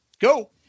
Go